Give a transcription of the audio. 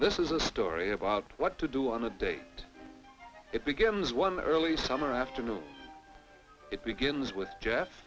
this is a story about what to do on the day it begins one early summer afternoon it begins with jeff